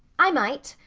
i might.